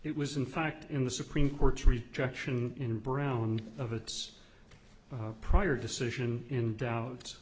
it was in fact in the supreme court's rejection in brown of its prior decision in doubt